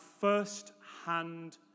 first-hand